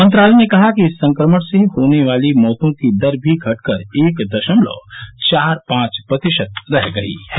मंत्रालय ने कहा कि इस संक्रमण से होने वाली मौतों की दर भी घटकर एक दशमलव चार पांच प्रतिशत रह गई है